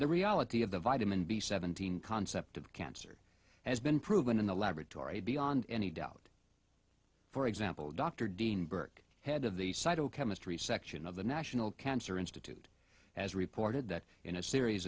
the reality of the vitamin b seventeen concept of cancer has been proven in the laboratory beyond any doubt for example dr dean burke head of the side o chemistry section of the national cancer institute has reported that in a series